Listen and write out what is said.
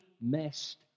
messed